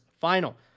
Final